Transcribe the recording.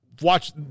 watch